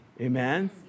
Amen